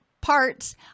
parts